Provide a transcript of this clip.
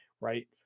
right